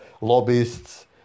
lobbyists